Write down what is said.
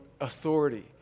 authority